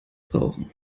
brauchen